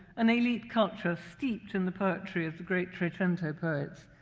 an elite culture steeped in the poetry of the great trecento poets,